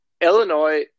Illinois